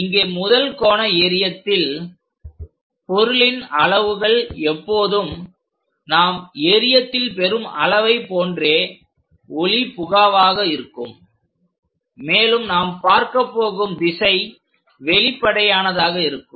இங்கே முதல் கோண எறியத்தில் பொருளின் அளவுகள் எப்போதும் நாம் எறியத்தில் பெறும் அளவை போன்றே ஒளிபுகாவாக இருக்கும் மேலும் நாம் பார்க்கப் போகும் திசை வெளிப்படையானதாக இருக்கும்